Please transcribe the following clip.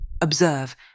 Observe